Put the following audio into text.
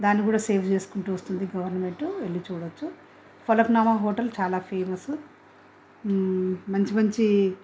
దాన్ని కూడా సేవ్ చేసుకుంటూ వస్తుంది గవర్నమెంట్ వెళ్ళి చూడొచ్చు ఫలక్నామా హోటల్ చాలా ఫేమస్ మంచి మంచి